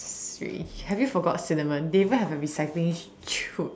have you forgot cinnamon they even have a recycling chute